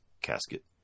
casket